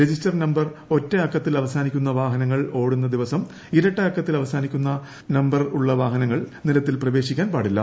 register number ഒറ്റ അക്കത്തിൽ അവസാനിക്കുന്ന വാഹനങ്ങൾ ഓടുന്ന ദിവസം ഇരട്ട അക്കത്തിൽ അവസാനിക്കുന്ന രജിസ്റ്റർ നമ്പറുള്ള വാഹനങ്ങൾ നിരത്തിൽ പ്രവേശിക്കാൻ പാടില്ല